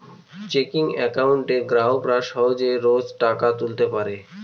checking একাউন্টে গ্রাহকরা সহজে রোজ টাকা তুলতে পারে